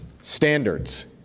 standards